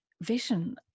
vision